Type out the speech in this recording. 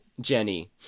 Jenny